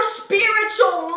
spiritual